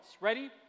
Ready